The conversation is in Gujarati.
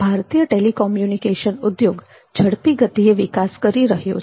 ભારતીય ટેલિકોમ્યુનિકેશન ઉદ્યોગ ઝડપી ગતિએ વિકાસ કરી રહ્યો છે